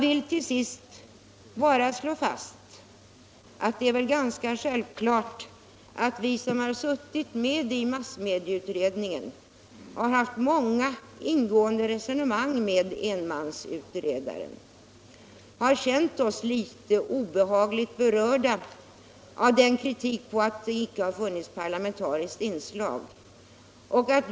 Till sist vill jag säga att det är ganska självklart att vi som suttit med i massmedieutredningen och haft många ingående resonemang med enmansutredaren har känt oss litet obehagligt berörda av den kritik som gått ut på att det icke har funnits parlamentariskt inslag.